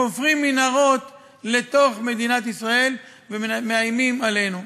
חופרים מנהרות לתוך מדינת ישראל ומאיימים עלינו.